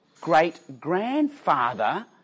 great-grandfather